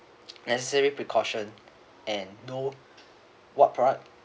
necessary precaution and know what product